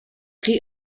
chi